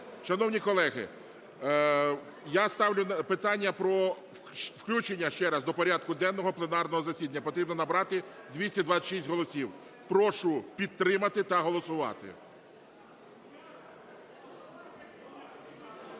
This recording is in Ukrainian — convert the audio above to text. Шановні колеги, я ставлю питання про включення ще раз до порядку денного пленарного засідання. Потрібно набрати 226 голосів. Прошу підтримати та голосувати.